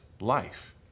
life